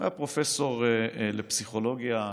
שהיה פרופסור לפסיכולוגיה,